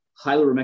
highly